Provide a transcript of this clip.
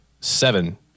seven